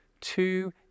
two